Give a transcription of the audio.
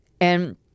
and-